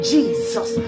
Jesus